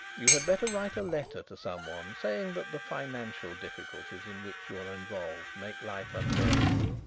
you had better write a letter to someone saying that the financial difficulties in which you are involved make life unbearable.